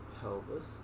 pelvis